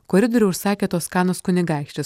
koridorių užsakė toskanos kunigaikštis